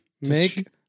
Make